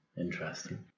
interesting